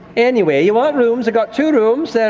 anyway, you want rooms, i got two rooms. there are,